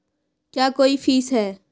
क्या कोई फीस है?